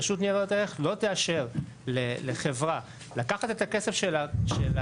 רשות ניירות ערך לא תאשר כחברה לקחת את הכסף של הלקוחות